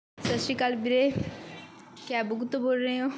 ਸਤਿ ਸ਼੍ਰੀ ਅਕਾਲ ਵੀਰੇ ਕੈਬ ਬੁੱਕ ਤੋਂ ਬੋਲ ਰਹੇ ਹੋ